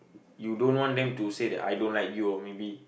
you don't want them to say that I don't like you or maybe